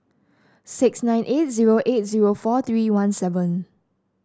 six nine eight zero eight zero four three one seven